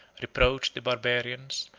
reproached the barbarians,